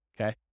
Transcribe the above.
okay